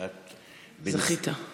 ראיתי אנשים שהם בדרך כלל אנשים שעושים לנו שמח,